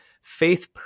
faith